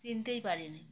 চিনতেই পারিনি